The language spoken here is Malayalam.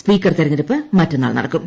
സ്പീക്കർ തെരഞ്ഞെടുപ്പ് മറ്റെന്നാൾ നടക്കും